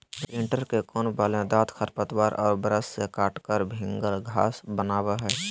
imprinter के कोण वाले दांत खरपतवार और ब्रश से काटकर भिन्गल घास बनावैय हइ